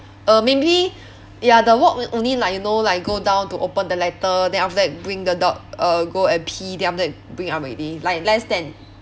uh maybe ya the walk only like you know like go down to open the letter then after that bring the dog uh go and pee then after that bring up already like less than